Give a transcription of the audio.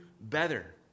better